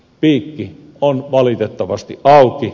piikki on valitettavasti auki